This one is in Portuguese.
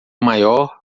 maior